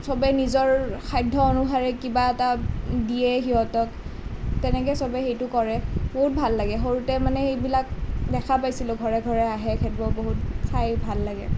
চবে নিজৰ সাধ্যনুসাৰে কিবা এটা দিয়ে সিহঁতক তেনেকৈ চবে সেইটো কৰে বহুত ভাল লাগে সৰুতে মানে সেইবিলাক দেখা পাইছিলোঁ ঘৰে ঘৰে আহে চাই বহুত ভাল লাগে